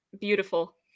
beautiful